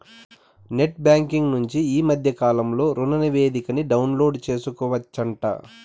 net banking నుంచి ఈ మద్దె కాలంలో రుణనివేదికని డౌన్లోడు సేసుకోవచ్చంట